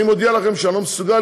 אני מודיע לכם שאני לא מסוגל,